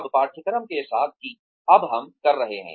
अब पाठ्यक्रम के साथ कि अब हम कर रहे हैं